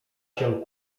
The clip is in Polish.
się